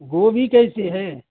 گوبھی کیسی ہے